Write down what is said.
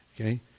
Okay